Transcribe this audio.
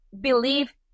believe